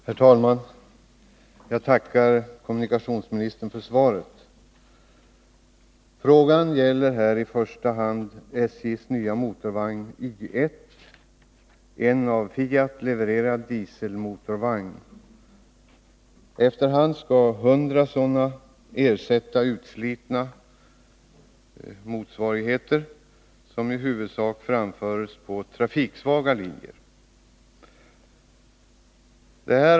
Herr talman! Jag tackar kommunikationsministern för svaret. Frågan gäller i första hand SJ:s nya motorvagn Y1l — en av Fiat levererad dieselmotorvagn. Efter hand skall 100 sådana ersätta utslitna motsvarigheter som i huvudsak framförs på trafiksvaga linjer.